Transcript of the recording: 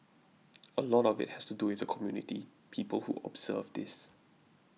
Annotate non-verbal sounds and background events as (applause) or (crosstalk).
(noise) a lot of it has to do with the community people who observe this